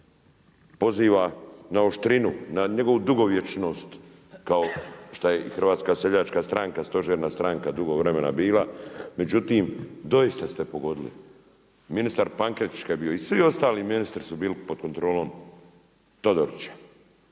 poziva na oštrinu, na njegovu dugovječnost kao šta je i HSS stožerna stranka dugo vremena bila, međutim doista ste pogodili. Ministar Pankretić kada je bio i svi ostali ministri su bili pod kontrolom Todorića.